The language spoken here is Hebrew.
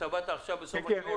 רוצה כסף לעבוד?